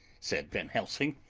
said van helsing,